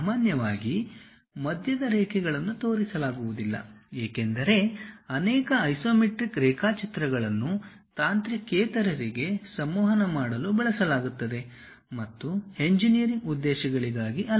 ಸಾಮಾನ್ಯವಾಗಿ ಮಧ್ಯದ ರೇಖೆಗಳನ್ನು ತೋರಿಸಲಾಗುವುದಿಲ್ಲ ಏಕೆಂದರೆ ಅನೇಕ ಐಸೊಮೆಟ್ರಿಕ್ ರೇಖಾಚಿತ್ರಗಳನ್ನು ತಾಂತ್ರಿಕೇತರರಿಗೆ ಸಂವಹನ ಮಾಡಲು ಬಳಸಲಾಗುತ್ತದೆ ಮತ್ತು ಎಂಜಿನಿಯರಿಂಗ್ ಉದ್ದೇಶಗಳಿಗಾಗಿ ಅಲ್ಲ